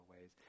ways